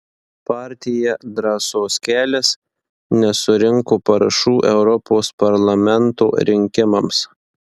partija drąsos kelias nesurinko parašų europos parlamento rinkimams